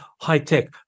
high-tech